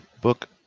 book